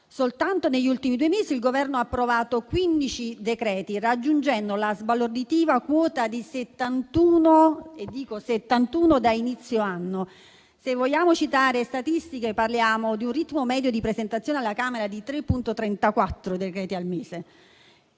Soltanto negli ultimi due mesi il Governo ha approvato 15 decreti, raggiungendo la sbalorditiva quota di 71 da inizio anno. Se vogliamo citare le statistiche, parliamo di un ritmo medio di presentazione alla Camera di 3,34 decreti al mese.